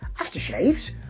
aftershaves